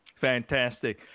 Fantastic